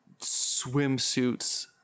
swimsuits